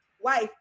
wife